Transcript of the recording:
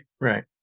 right